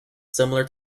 similar